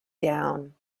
down